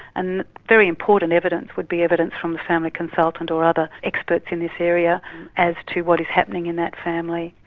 and very important evidence would be evidence from the family consultant or other experts in this area as to what is happening in that family.